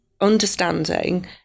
understanding